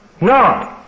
No